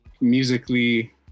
musically